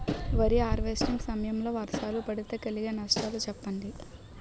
వరి హార్వెస్టింగ్ సమయం లో వర్షాలు పడితే కలిగే నష్టాలు చెప్పండి?